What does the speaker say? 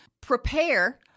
prepare